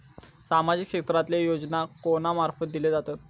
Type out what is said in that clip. सामाजिक क्षेत्रांतले योजना कोणा मार्फत दिले जातत?